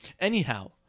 Anyhow